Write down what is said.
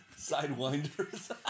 Sidewinders